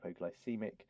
hypoglycemic